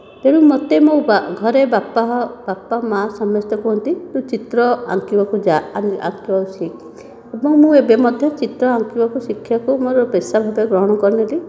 ତେଣୁ ମୋତେ ମୋ ଘରେ ବାପା ବାପା ମା ସମସ୍ତେ କୁହନ୍ତି ତୁ ଚିତ୍ର ଆଙ୍କିବାକୁ ଯା' ଆହୁରି ଆଗକୁ ଶିଖ ଏବଂ ମୁଁ ଏବେ ମଧ୍ୟ ଚିତ୍ର ଆଙ୍କିବାକୁ ଶିଖିବାକୁ ମୋର ପେସା ଭାବେ ଗ୍ରହଣ କରିନେଲି